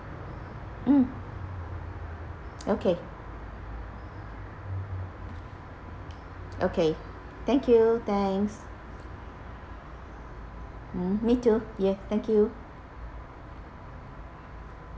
mm okay okay thank you thanks mm me too ya thank you